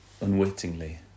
unwittingly